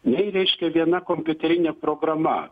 nei reiškia viena kompiuterinė programa